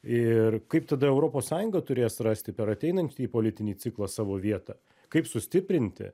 ir kaip tada europos sąjunga turės rasti per ateinantį politinį ciklą savo vietą kaip sustiprinti